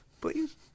Please